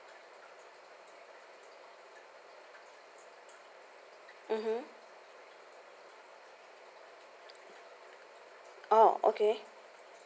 mmhmm oh okay